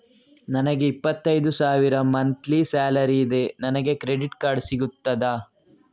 ನನಗೆ ಇಪ್ಪತ್ತೈದು ಸಾವಿರ ಮಂತ್ಲಿ ಸಾಲರಿ ಇದೆ, ನನಗೆ ಕ್ರೆಡಿಟ್ ಕಾರ್ಡ್ ಸಿಗುತ್ತದಾ?